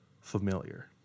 familiar